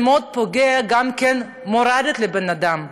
וזה מאוד פוגע גם מורלית באדם.